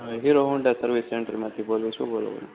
hero Honda service સેન્ટરમાંથી બોલું છું બોલો